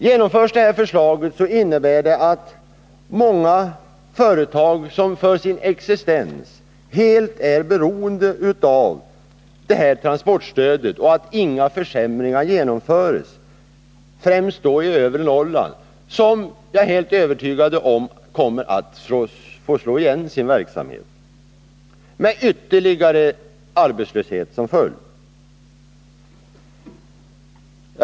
Genomförs förslaget, innebär det — det är jag helt övertygad om — att många företag, främst i övre Norrland, som för sin existens är helt beroende av detta transportstöd och av att inga försämringar genomförs, kommer att få slå igen sin verksamhet, med ytterligare arbetslöshet som följd.